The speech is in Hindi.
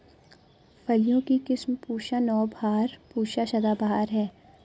फलियों की किस्म पूसा नौबहार, पूसा सदाबहार है